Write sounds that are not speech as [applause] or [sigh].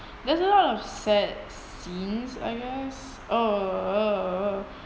there's a lot of sad scenes I guess oh [noise]